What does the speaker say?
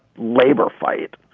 labor fight.